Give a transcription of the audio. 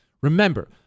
Remember